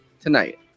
tonight